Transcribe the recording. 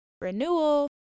renewal